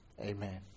amen